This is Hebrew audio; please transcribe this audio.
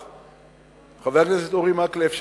חבר הכנסת אורי מקלב,